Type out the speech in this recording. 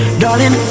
darling,